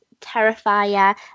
Terrifier